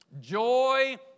Joy